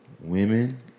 Women